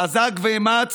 חזק ואמץ,